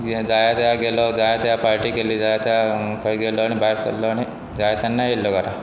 जाय ते गेलो जाय त्या पार्टी केल्ली जाय त्या थंय गेलो आनी भायर सरलो आनी जाय तेन्ना येयलो घरा